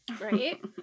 right